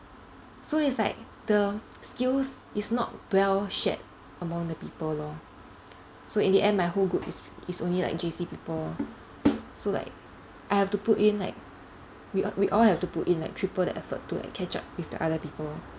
so it's like the skills is not well shared among the people lor so in the end my whole group is is only like J_C people lor so like I have to put in like we al~ we all have to put in like triple the effort to like catch up with the other people